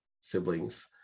siblings